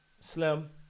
Slim